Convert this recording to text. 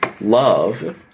Love